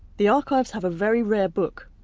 the archives have a very rare book,